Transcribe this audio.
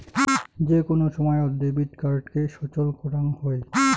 যে কোন সময়ত ডেবিট কার্ডকে সচল করাং হই